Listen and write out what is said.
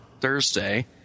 Thursday